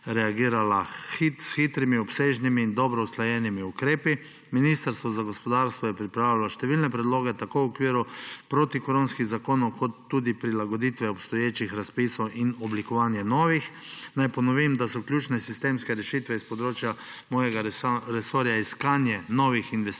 reagirala s hitrimi, obsežnimi in dobro usklajenimi ukrepi. Ministrstvo za gospodarstvo je pripravilo številne predloge tako v okviru protikoronskih zakonov kot tudi prilagoditve obstoječih razpisov in oblikovanje novih. Naj ponovim, da so ključe sistemske rešitve s področja mojega resorja iskanje novih investitorjev,